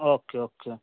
okay okay